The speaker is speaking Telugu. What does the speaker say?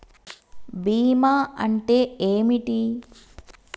బీమా అంటే ఏమిటి?